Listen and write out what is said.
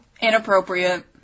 Inappropriate